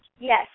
Yes